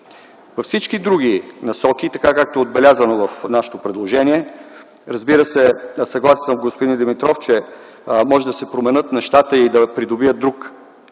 Във всички други насоки, така както е отбелязано в нашето предложение, разбира се, съгласен съм с господин Димитров, че може да се променят нещата и да придобият друг